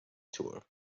tour